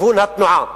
כיוון התנועה.